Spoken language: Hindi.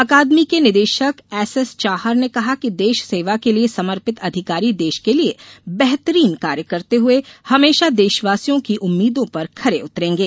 अकादमी के निदेशक एस ्एस चाहर ने कहा कि देश सेवा के लिये समर्पित अधिकारी देश के लिए बेहतरीन कार्य करते हुए हमेशा देशवासियों की उम्मीदों पर खरे उतरेंगे